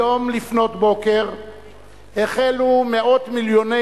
היום לפנות בוקר החלו מאות מיליוני